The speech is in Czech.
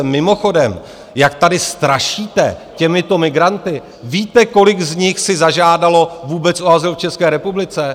Mimochodem, jak tady strašíte těmito migranty, víte, kolik z nich si zažádalo vůbec o azyl v České republice?